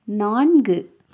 நான்கு